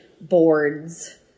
boards